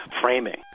framing